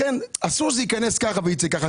לכן, אסור שזה ייכנס ככה וייצא ככה.